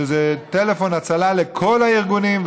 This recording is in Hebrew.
שזה טלפון הצלה לכל הארגונים.